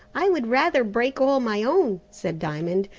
i would rather break all my own, said diamond.